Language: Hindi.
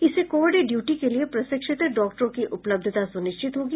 इससे कोविड ड्यूटी के लिए प्रशिक्षित डॉक्टरों की उपलब्धता सुनिश्चित होगी